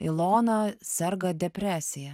ilona serga depresija